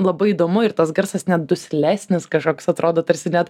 labai įdomu ir tas garsas net duslesnis kažkoks atrodo tarsi net